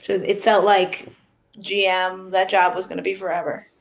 so it felt like gm, that job was gonna be forever?